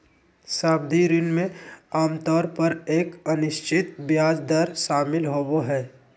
सावधि ऋण में आमतौर पर एक अनिश्चित ब्याज दर शामिल होबो हइ